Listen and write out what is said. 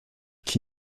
qui